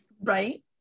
Right